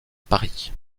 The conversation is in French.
paris